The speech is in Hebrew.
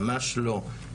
ממש לא.